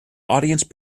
audience